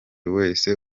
wese